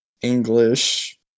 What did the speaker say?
English